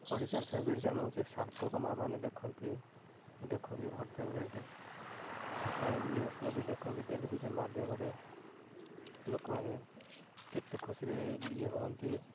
ଓଡ଼ିଶାର favourite channel ହେଉଛି ସାର୍ଥକ ମାଆ ମାନେ ଦେଖନ୍ତି ଦେଖନ୍ତି ଫେଭରାଇଟ୍ ସକାଳରେ ନ୍ୟୁଜ୍ ମଧ୍ୟ ଦେଖନ୍ତି ଟେଲିଭିଜନ୍ ମାଧ୍ୟମରେ ଲୋକମାନେ କେତେ ଖୁସିରେ ଇଏ ରୁହନ୍ତି